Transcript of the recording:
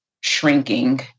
shrinking